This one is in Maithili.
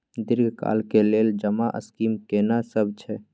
दीर्घ काल के लेल जमा स्कीम केना सब छै?